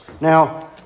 Now